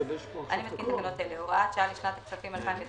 אני מתקין תקנות אלה: הוראת שעה לשנת הכספים 2020